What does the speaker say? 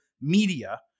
media